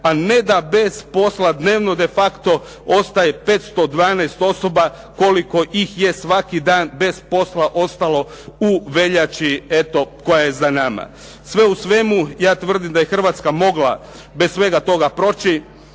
a ne da bez posla dnevno defacto ostaje 512 osoba koliko ih je svaki dan bez posla ostalo u veljači eto koja je za nama. Sve u svemu ja tvrdim da je Hrvatska mogla bez svega toga proći.